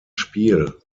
spiel